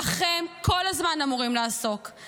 בכם אמורים לעסוק כל הזמן.